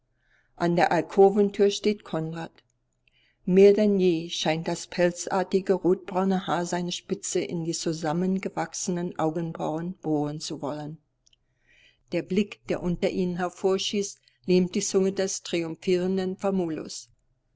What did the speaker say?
in der alkoventür steht konrad mehr denn je scheint das pelzartige rotbraune haar seine spitze in die zusammengewachsenen augenbrauen bohren zu wollen der blick der unter ihnen hervorschießt lähmt die zunge des